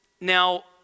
Now